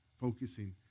focusing